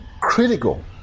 critical